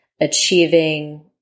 achieving